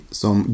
som